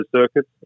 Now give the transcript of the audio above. circuits